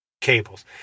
Cables